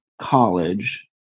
college